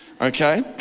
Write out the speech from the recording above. okay